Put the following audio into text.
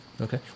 Okay